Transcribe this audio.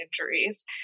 injuries